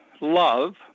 love